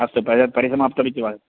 अस्तु पर्याप्तं परिसमाप्तमिति वा